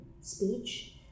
speech